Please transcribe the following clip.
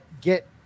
get